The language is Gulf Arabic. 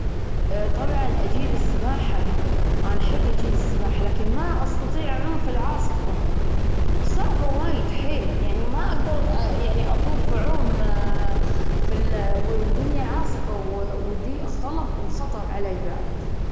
لو تفرغت لمدة ثلاث ساعات، راح أقضيها بالقراءة والكتابة. أو ممكن راح أسويها مع العيلة، حشرة مع العيلة، وأسويها كل شيء مع العيلة طبعا. ما أصدق أن أنا أجعد مع العيلة.